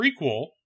prequel